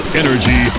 energy